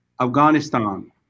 Afghanistan